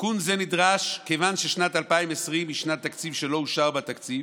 תיקון זה נדרש כיוון ששנת 2020 היא שנת תקציב שלא אושר בה תקציב,